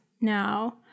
now